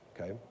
okay